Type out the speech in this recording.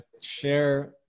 share